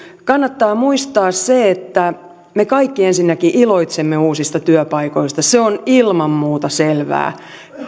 kannattaa muistaa se että me kaikki ensinnäkin iloitsemme uusista työpaikoista se on ilman muuta selvää